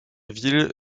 ville